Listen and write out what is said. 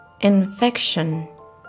infection